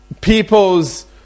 people's